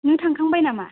नों थांखांबाय नामा